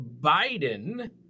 Biden